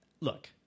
look